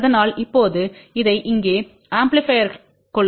அதனால் இப்போது இதை இங்கே ஆம்பிளிபையர்க் கொள்ளுங்கள்